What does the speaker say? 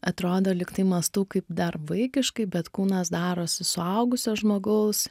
atrodo lyg tai mąstau kaip dar vaikiškai bet kūnas darosi suaugusio žmogaus